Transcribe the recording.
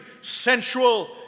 sensual